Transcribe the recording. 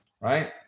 right